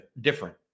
different